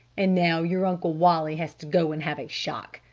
and now your uncle wally has to go and have a shock!